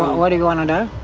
what do you want to do?